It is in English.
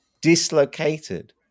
dislocated